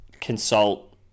consult